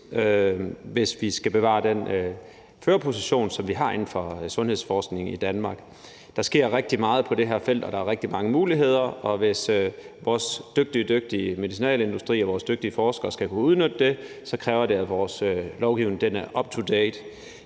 hvis vi skal bevare den førerposition, som vi i Danmark har inden for sundhedsforskning. Der sker rigtig meget på det her felt, og der er rigtig mange muligheder, og hvis vores dygtige medicinalindustri og vores dygtige forskere skal kunne udnytte det, kræver det, at vores lovgivning er up to date.